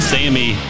Sammy